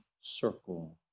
circle